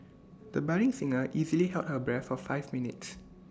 the budding singer easily held her breath for five minutes